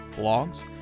blogs